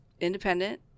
independent